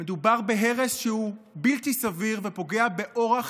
מדובר בהרס שהוא בלתי סביר ופוגע באורח